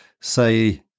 say